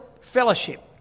fellowship